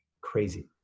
crazy